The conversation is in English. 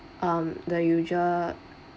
um the usual